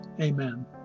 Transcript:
Amen